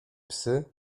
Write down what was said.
psy